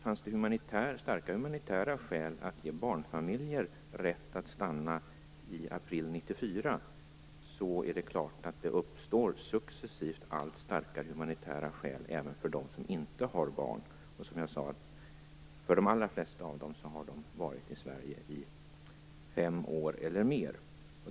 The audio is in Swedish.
Fanns det starka humanitära skäl att ge barnfamiljer rätt att stanna i april 1994 är det klart att det successivt uppstår allt starkare humanitära skäl även för dem som inte har barn. De allra flesta av dem har varit i Sverige i fem år eller mer.